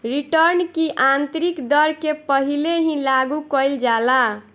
return की आतंरिक दर के पहिले ही लागू कईल जाला